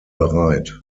bereit